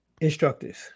instructors